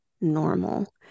normal